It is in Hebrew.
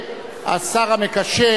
שירְצה השר המקשר,